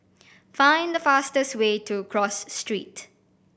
find the fastest way to Cross Street